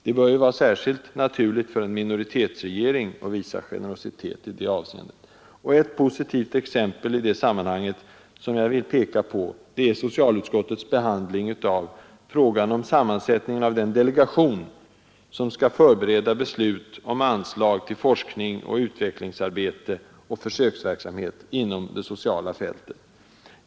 Det bör ju vara särskilt naturligt för en minoritetsregering att visa generositet i det avseendet. Ett positivt exempel i detta sammanhang, som jag vill peka på, är socialutskottets behandling av frågan om sammansättningen av den delegation som skall förbereda beslut om anslag till forskningsoch utvecklingsarbete och försöksverksamhet på det sociala fältet.